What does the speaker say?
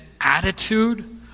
attitude